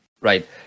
right